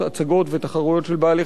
הצגות ותחרויות של בעלי-חיים,